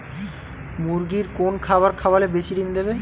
মুরগির কোন খাবার খাওয়ালে বেশি ডিম দেবে?